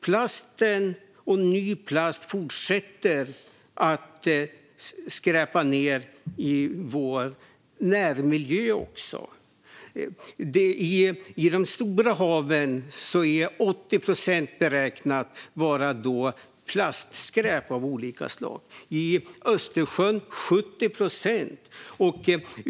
Plast, också ny plast, fortsätter att skräpa ned vår närmiljö. I de stora haven beräknas 80 procent av nedskräpningen vara plastskräp av olika slag, i Östersjön 70 procent.